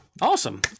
Awesome